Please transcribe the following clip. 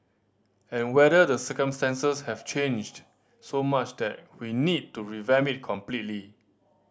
and whether the circumstances have changed so much that we need to revamp it completely